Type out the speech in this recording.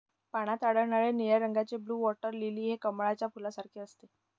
पाण्यात आढळणारे निळ्या रंगाचे ब्लू वॉटर लिली हे कमळाच्या फुलासारखे असते